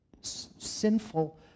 Sinful